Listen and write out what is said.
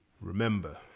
Remember